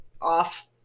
off